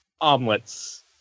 omelets